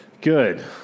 Good